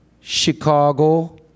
Chicago